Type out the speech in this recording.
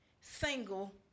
single